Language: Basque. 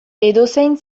edozein